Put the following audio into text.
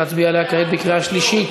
להצביע עליה כעת בקריאה שלישית.